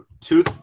two –